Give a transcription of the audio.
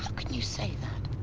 can you say that